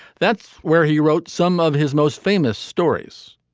that's where he wrote some of his most famous stories.